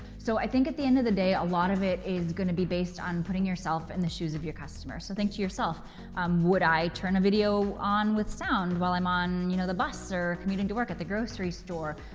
so i think at the end of the day a lot of it is going to be based on putting yourself in the shoes of your customer. so think to yourself um would i turn a video on with sound while i'm on you know the bus or commuting to work, at the grocery store?